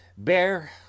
bear